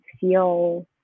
feel